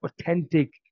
authentic